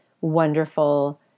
wonderful